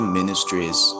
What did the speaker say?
Ministries